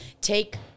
take